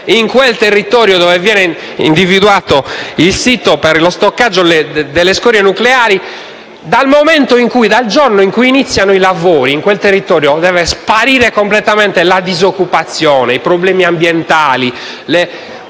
In quel territorio in cui viene individuato il sito per lo stoccaggio delle scorie nucleari, dal momento in cui iniziano i lavori devono sparire completamente la disoccupazione, i problemi ambientali, le